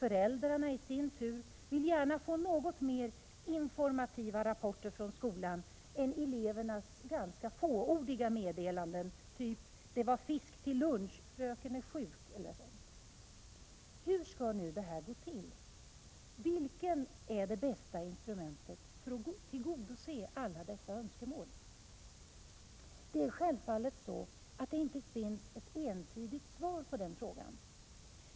Föräldrarna i sin tur vill gärna få något mer informativa rapporter från skolan än elevernas ganska fåordiga meddelanden av typen: Det var fisk till lunch, fröken är sjuk eller något dylikt. Hur skall då detta gå till? Vilket är det bästa instrumentet för att tillgodose alla dessa önskemål? Det är självfallet så att det inte finns något entydigt svar på den frågan.